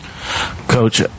coach